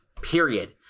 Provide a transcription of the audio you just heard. period